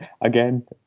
Again